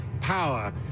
power